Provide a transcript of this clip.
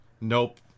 Nope